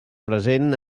present